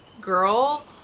girl